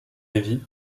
lévy